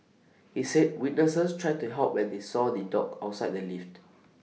he said witnesses tried to help when they saw the dog outside the lift